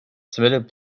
submitted